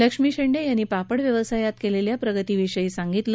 लक्ष्मी शेंडे यांनी पापड व्यवसायात केलेल्या प्रगती विषयी सांगितले